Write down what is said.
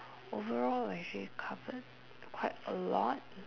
overall actually covered quite a lot